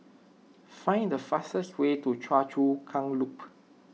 find the fastest way to Choa Chu Kang Loop